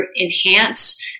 enhance